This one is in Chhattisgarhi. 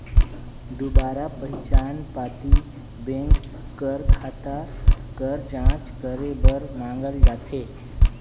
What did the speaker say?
दुबारा पहिचान पाती बेंक कर खाता कर जांच करे बर मांगल जाथे